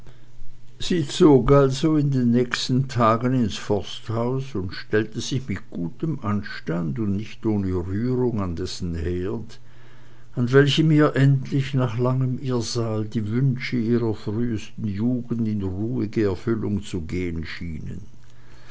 sie zog also in den nächsten tagen ins forsthaus und stellte sich mit gutem anstand und nicht ohne rührung an dessen herd an welchem ihr endlich nach langem irrsal die wünsche ihrer frühsten jugend in ruhige erfüllung zu gehen schienen